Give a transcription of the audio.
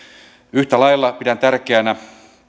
yhtä lailla pidän tärkeänä